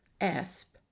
ASP